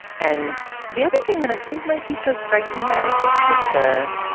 and the other thing that i think might be so striking about it is that the